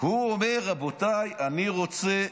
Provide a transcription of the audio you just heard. הוא אומר: רבותיי, אני רוצה,